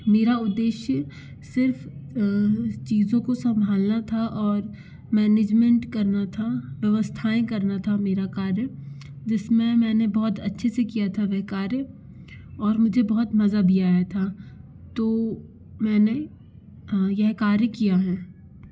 मेरा उद्देश्य सिर्फ़ चीज़ों को संभालना था और मैनेजमेंट करना था व्यवस्थाऍं करना था मेरा कार्य जिस में मैंने बहुत अच्छे से किया था वह कार्य और मुझे बहुत मज़ा भी आया था तो मैंने यह कार्य किया है